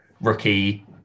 rookie